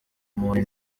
umuntu